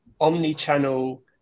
omni-channel